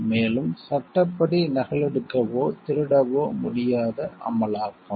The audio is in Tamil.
மேலும் சட்டப்படி நகலெடுக்கவோ திருடவோ முடியாத அமலாக்கம்